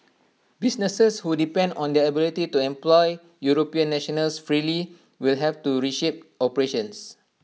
businesses who depend on their ability to employ european nationals freely will have to reshape operations